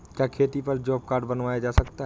क्या खेती पर जॉब कार्ड बनवाया जा सकता है?